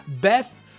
Beth